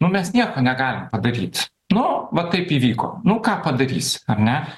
nu mes nieko negalim padaryt nu va taip įvyko nu ką padarysi ar ne